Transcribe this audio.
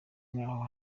nk’aho